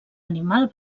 animal